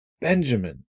Benjamin